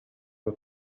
руу